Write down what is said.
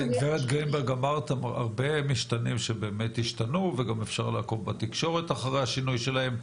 אמרת הרבה משתנים שבאמת ישתנו וגם אפשר לעקוב בתקשורת אחרי השינוי שלהם,